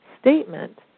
statement